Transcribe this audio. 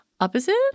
Opposite